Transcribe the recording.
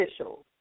officials